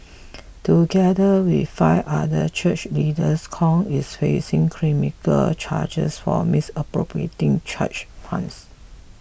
together with five other church leaders Kong is facing criminal charge for misappropriating church funds